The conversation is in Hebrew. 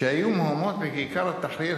כשהיו מהומות בכיכר תחריר,